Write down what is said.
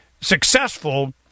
successful